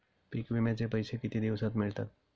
पीक विम्याचे पैसे किती दिवसात मिळतात?